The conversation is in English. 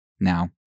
Now